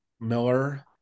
Miller